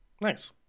Nice